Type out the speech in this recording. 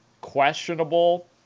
questionable